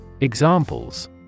Examples